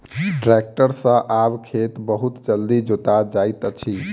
tractor सॅ आब खेत बहुत जल्दी जोता जाइत अछि